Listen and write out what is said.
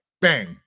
Bang